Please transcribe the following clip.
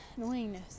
annoyingness